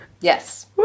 yes